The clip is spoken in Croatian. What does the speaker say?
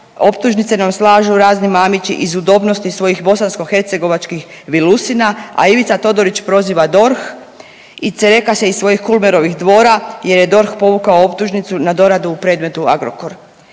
optužnice nam slažu razni Mamići iz udobnosti svojih bosanskohercegovačkih vilusina, a Ivica Todorić proziva DORH i cereka se iz svojih Kulmerović dvora jer je DORH povukao optužnicu na doradu u predmet Agrokor.